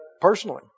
personally